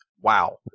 Wow